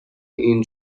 این